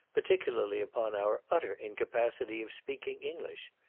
particularly upon our utter incapacity of speaking english.